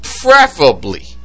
preferably